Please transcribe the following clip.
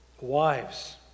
Wives